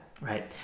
Right